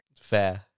Fair